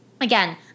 Again